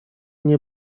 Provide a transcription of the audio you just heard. nie